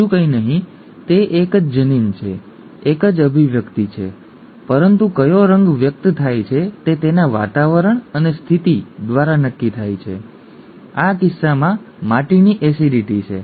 બીજું કંઈ નહીં તે એક જ જનીન છે એક જ અભિવ્યક્તિ છે વગેરે વગેરે વગેરે પરંતુ કયો રંગ વ્યક્ત થાય છે તે તેના વાતાવરણ અને સ્થિતિ દ્વારા નક્કી થાય છે આ કિસ્સામાં માટીની એસિડિટી ઠીક છે